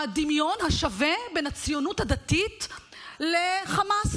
הדמיון השווה בין הציונות הדתית לחמאס.